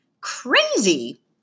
Crazy